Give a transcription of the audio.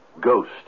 ghost